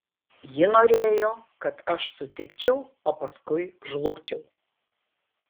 ji norėjo kad aš sutikčiau o paskui žlugčiau